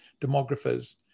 demographers